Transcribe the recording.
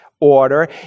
order